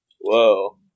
whoa